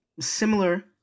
similar